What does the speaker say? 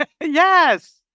Yes